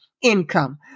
Income